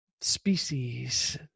species